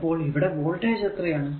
അപ്പോൾ ഇവിടെ വോൾടേജ് എത്രയാണ്